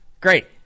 Great